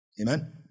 amen